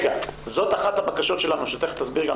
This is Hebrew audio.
זאת אחת הבקשות שלנו שתיכף תסביר גם